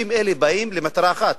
אנשים אלה באים למטרה אחת,